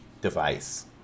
device